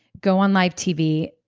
go on live tv.